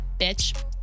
bitch